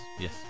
yes